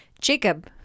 Jacob